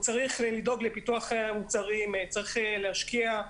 הוא צריך לדאוג לפיתוח מוצרים, הוא צריך להשקיע,